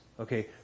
Okay